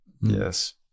yes